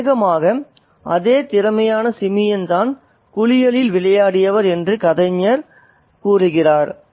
அநேகமாக "அதே திறமையான சிமியன் தான் குளியலில் விளையாடியவர்" என்று கதைஞர் கூறுகிறார்